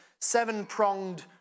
seven-pronged